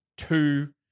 two